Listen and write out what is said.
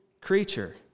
creature